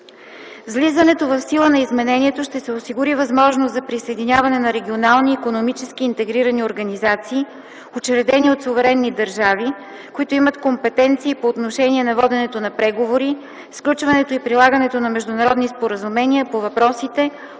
влизането в сила на изменението ще се осигури възможност за присъединяване на регионални икономически интегрирани организации, учредени от суверенни държави, които имат компетенции по отношение на воденето на преговори, сключването и прилагането на международни споразумения по въпросите,